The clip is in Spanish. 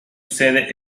sede